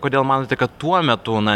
kodėl manote kad tuo metu na